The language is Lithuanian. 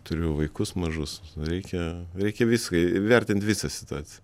turiu vaikus mažus reikia reikia viską įvertint visą situaciją